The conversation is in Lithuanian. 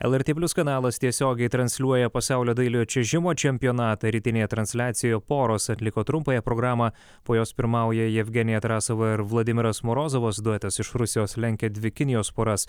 lrt plius kanalas tiesiogiai transliuoja pasaulio dailiojo čiuožimo čempionatą rytinėje transliacijoje poros atliko trumpąją programą po jos pirmauja jevgenija tarasova ir vladimiras morozovas duetas iš rusijos lenkia dvi kinijos poras